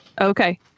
Okay